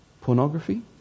Pornography